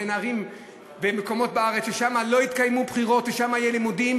בין ערים ומקומות בארץ ששם לא יתקיימו בחירות ושם יהיו לימודים,